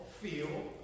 feel